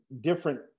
different